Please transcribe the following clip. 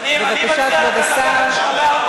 בבקשה, כבוד השר.